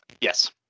Yes